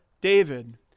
David